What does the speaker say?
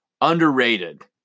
Underrated